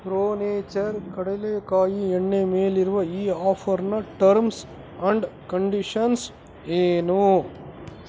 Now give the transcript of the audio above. pro nature ಕಡಲೆ ಕಾಯಿ ಎಣ್ಣೆ ಮೇಲಿರುವ ಈ ಆಫರ್ನ ಟರ್ಮ್ಸ್ ಆಂಡ್ ಕಂಡೀಷನ್ಸ್ ಏನು